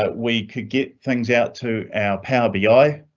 but we could get things out to our power bi.